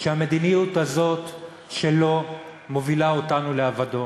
שהמדיניות הזאת שלו מובילה אותנו לאבדון,